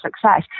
success